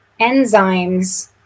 enzymes